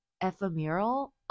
ephemeral